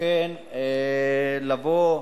לכן, לבוא,